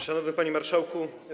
Szanowny Panie Marszałku!